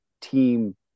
team